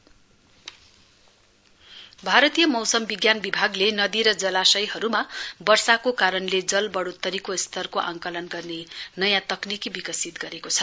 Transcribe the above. IMD भारतीय मौसम विज्ञान विभागले नदी र जलाशयहरूमा वर्षाको कारणले जल बढोतरीको स्तरको आंकलन गर्ने नयाँ तकनिकी विकसित गरेको छ